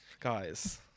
guys